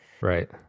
right